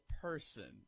person